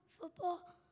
football